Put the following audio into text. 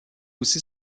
aussi